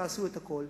תעשו את הכול.